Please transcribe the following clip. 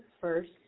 first